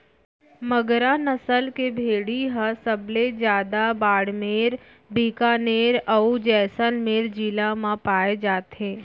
मगरा नसल के भेड़ी ह सबले जादा बाड़मेर, बिकानेर, अउ जैसलमेर जिला म पाए जाथे